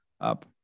up